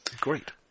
Great